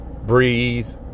Breathe